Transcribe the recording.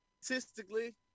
statistically